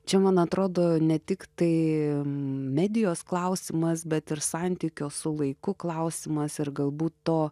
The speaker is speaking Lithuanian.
čia man atrodo ne tik tai medijos klausimas bet ir santykio su laiku klausimas ir galbūt to